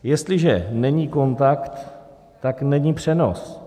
Jestliže není kontakt, tak není přenos.